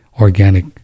organic